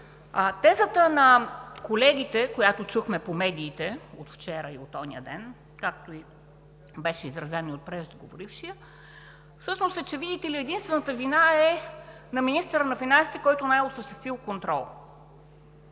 Тезата на колегите, която чухме по медиите от вчера и от онзи ден, както беше изразено и от преждеговорившия, всъщност е, че, видите ли, единствената вина е на министъра на финансите, който не е осъществил контрол,